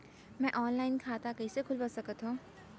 मैं ऑनलाइन खाता कइसे खुलवा सकत हव?